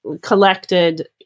collected